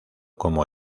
como